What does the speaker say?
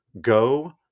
Go